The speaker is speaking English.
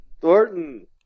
Thornton